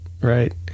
Right